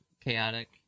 chaotic